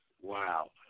Wow